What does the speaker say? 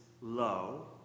low